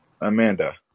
Amanda